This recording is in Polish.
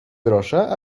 grosza